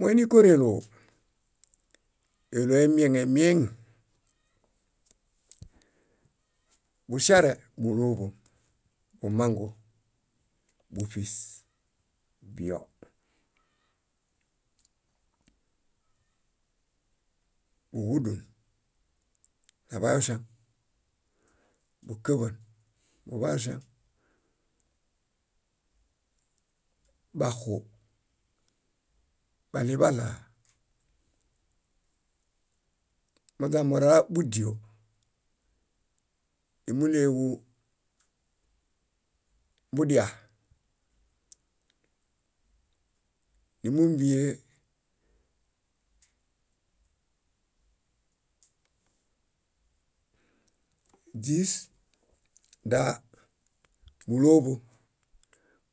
Moini kóreloo, éloo emieŋemieŋ: buŝare búloḃom, bumangu, búṗis, biyo, búġudu buḃayoŝaŋ, búkaḃan buḃayoŝaŋ, baxxu, baɭiḃaɭa, moźamora búdio, númuɭeġu budia, múmumbie dís, daa búloḃom,